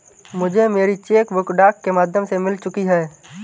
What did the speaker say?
मुझे मेरी cheque book डाक के माध्यम से मिल चुकी है